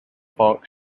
funk